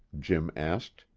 jim asked,